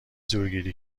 زورگیری